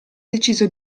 deciso